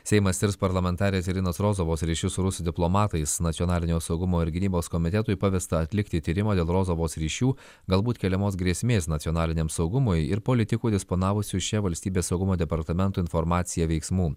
seimas tirs parlamentarės irinos rozovos ryšius su rusų diplomatais nacionalinio saugumo ir gynybos komitetui pavesta atlikti tyrimą dėl rozovos ryšių galbūt keliamos grėsmės nacionaliniam saugumui ir politikų disponavusių šia valstybės saugumo departamento informacija veiksmų